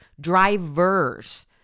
drivers